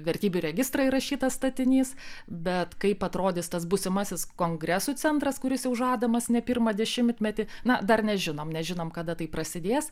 vertybių registrą įrašytas statinys bet kaip atrodys tas būsimasis kongresų centras kuris jau žadamas ne pirmą dešimtmetį na dar nežinom nežinom kada tai prasidės